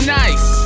nice